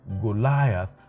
Goliath